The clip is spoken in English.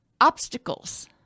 Obstacles